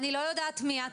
אני לא יודעת מי את.